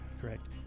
Correct